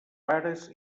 pares